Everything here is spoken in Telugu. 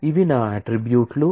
ఇవి నా అట్ట్రిబ్యూట్ లు